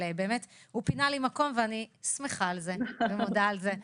אבל הוא פינה לי מקום ואני שמחה על כך ומודה על כך.